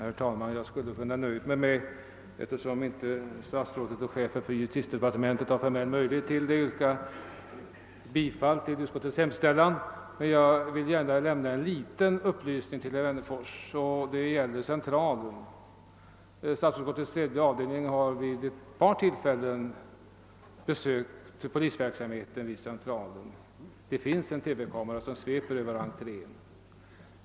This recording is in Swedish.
Herr talman! Jag skulle kunna, eftersom statsrådet och chefen för justitiedepartementet inte har möjlighet till det, ha nöjt mig med att yrka bifall till utskottets hemställan. Jag vill emellertid lämna en liten upplysning till herr Wennerfors vad beträffar Centralstationen. Statsutskottets tredje avdelning har vid ett par tillfällen studerat polisverksamheten vid Centralen. Där finns en TV-kamera som sveper över entrén.